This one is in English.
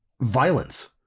Violence